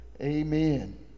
Amen